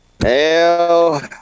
Hell